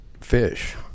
fish